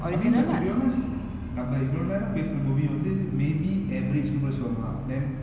I mean like to be honest நம்ம இவளோ நேரோ பேசின:namma ivalo nero pesina movie வந்து:vanthu maybe average movie சொல்லலா:sollalaa then